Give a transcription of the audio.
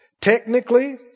Technically